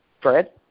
Fred